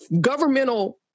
governmental